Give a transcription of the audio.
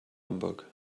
hamburg